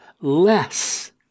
less